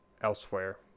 elsewhere